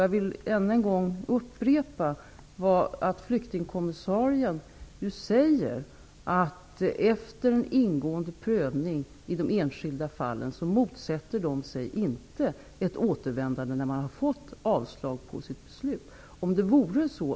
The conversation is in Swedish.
Jag vill än en gång upprepa att flyktingkommissarien säger att man inte motsätter sig ett återvändande om beslutet blir avslag, efter en ingående prövning av de enskilda fallen.